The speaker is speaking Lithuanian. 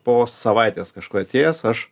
po savaitės kažkur atėjęs aš